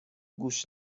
گوش